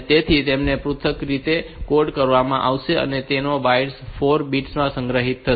તેથી તેમને પૃથક રીતે કોડ કરવામાં આવશે અને તેઓ બાઈટ ના 4 બિટ્સ માં સંગ્રહિત થશે